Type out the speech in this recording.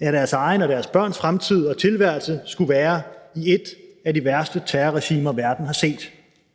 at deres egen og deres børns fremtid og tilværelse skulle være i et af de værste terrorregimer, verden har set.